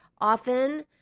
Often